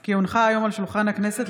כי הונחה היום על שולחן הכנסת,